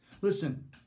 Listen